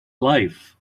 life